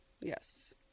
Yes